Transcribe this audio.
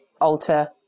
alter